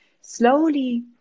slowly